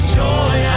joy